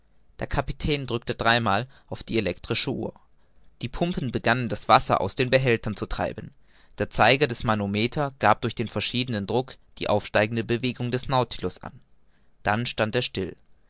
der kapitän drückte dreimal auf die elektrische uhr die pumpen begannen das wasser aus den behältern zu treiben der zeiger des manometer gab durch den verschiedenen druck die aufsteigende bewegung des nautilus an dann stand er still